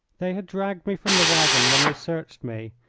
they had dragged me from the waggon when they searched me,